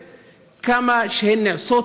למרות שלא רצו בזה,